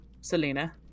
Selena